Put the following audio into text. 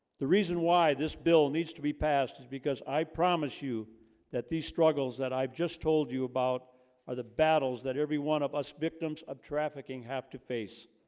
the reason why this bill needs to be passed is because i promise you that these struggles that i've just told you about are the battles that every one of us victims of trafficking have to face?